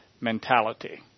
mentality